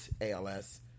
ALS